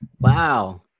Wow